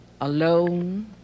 alone